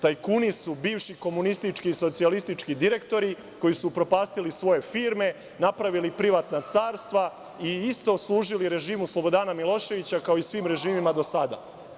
Tajkuni su bivši komunistički i socijalistički direktori koji su upropastili svoje firme, napravili privatna carstva i isto služili režimu Slobodana Miloševića, kao i svim režimima do sada.